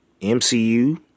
MCU